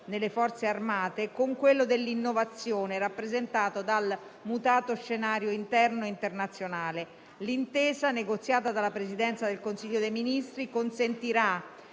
nelle Forze armate, con quello dell'innovazione, rappresentato dal mutato scenario interno e internazionale. L'intesa negoziata dalla Presidenza del Consiglio dei ministri consentirà